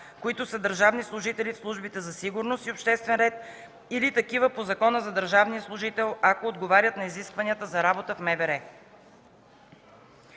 които са държавни служители в службите за сигурност и обществен ред или такива по Закона за държавния служител, ако отговарят на изискванията за работа в МВР.